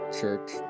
Church